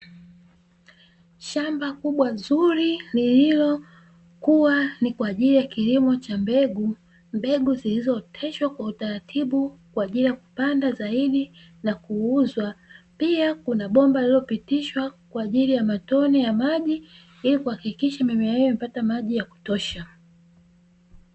Shamba kubwa zuri lililokuwa ni kwa ajili ya kilimo cha mbegu, mbegu zilizoteshwa kwa utaratibu kwa ajili ya kupanda zaidi na kuuzwa. Pia kuna bomba lililopitishwa kwa ajili ya matone ya maji ili kuhakikisha mimea imepata maji ya kutosha.